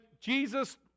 Jesus